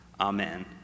amen